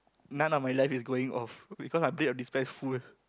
none of my life is going off because I played a bit of despair full